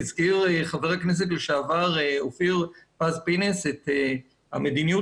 הזכיר חבר הכנסת לשעבר אופיר פינס פז את המדיניות